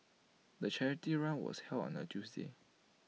the charity run was held on A Tuesday